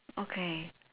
okay